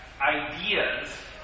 ideas